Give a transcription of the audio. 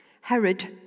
Herod